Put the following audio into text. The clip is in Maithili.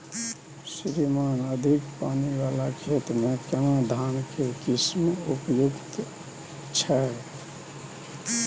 श्रीमान अधिक पानी वाला खेत में केना धान के किस्म उपयुक्त छैय?